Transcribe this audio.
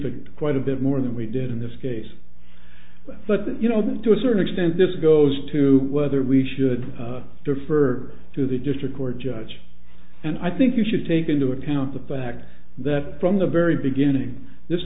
k quite a bit more than we did in this case but that you know that to a certain extent this goes to whether we should defer to the district court judge and i think you should take into account the fact that from the very beginning this